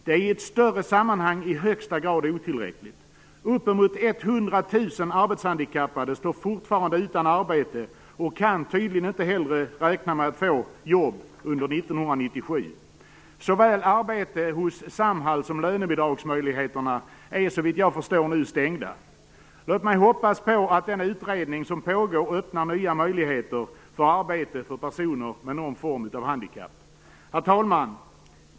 Det är i ett större sammanhang i högsta grad otillräckligt. Upp emot 100 000 arbetshandikappade står fortfarande utan arbete och kan tydligen inte heller räkna med att få jobb under 1997. Såväl möjligheterna till arbete hos Samhall som lönebidragsmöjligheterna är såvitt jag förstår nu stängda. Låt mig hoppas på att den utredning som pågår öppnar nya möjligheter till arbete för personer med någon form av handikapp. Herr talman!